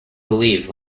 believe